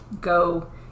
go